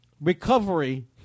recovery